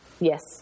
yes